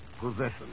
possession